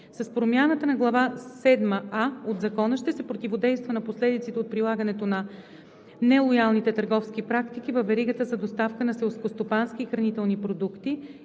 С промяната на Глава седма „а“ от Закона ще се противодейства на последиците от прилагането на нелоялните търговски практики във веригата за доставка на селскостопански и хранителни продукти